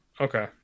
Okay